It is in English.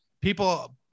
people